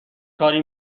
کاری